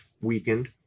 weakened